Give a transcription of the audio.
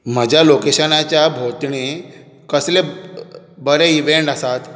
म्हज्या लोकेशनाच्या भोंवतणीं कसलेय बरे इवँट्स आसात